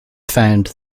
found